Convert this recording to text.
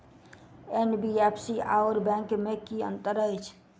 NBFC आओर bank मे की अंतर अछि?